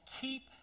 keep